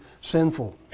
sinful